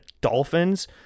Dolphins